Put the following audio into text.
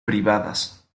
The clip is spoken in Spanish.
privadas